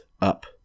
up